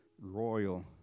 royal